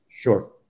Sure